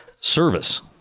service